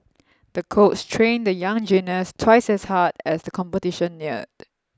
the coach trained the young gymnast twice as hard as the competition neared